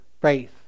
faith